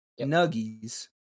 Nuggies